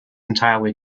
entirely